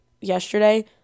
yesterday